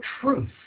truth